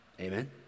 Amen